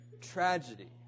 tragedy